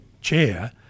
chair